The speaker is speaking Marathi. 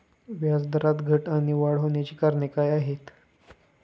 व्याजदरात घट आणि वाढ होण्याची कारणे काय आहेत?